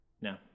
No